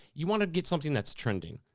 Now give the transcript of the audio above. you wanna get something that's trending.